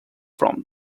from